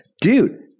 Dude